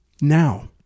now